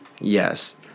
yes